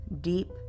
deep